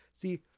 See